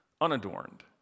unadorned